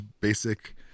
basic